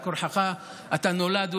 על כורחך אתה נולד,